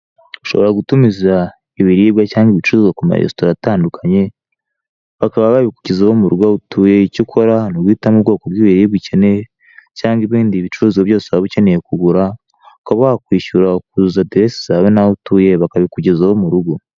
Ushobora gutumiza ibiribwa cyangwa ibicuruzwa ku maresitora atandukanye, bakaba babikugezaho mu rugo aho utuye, icyo ukora ni uguhitamo ubwoko bw'ibiribwa ukeneye cyangwa ibindi bicuruzwa byose waba ukeneye kugura ukaba wakwishyura ukohereza aderese zawe n'aho utuye bakabikugezaho mu rugo.